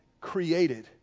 created